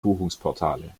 buchungsportale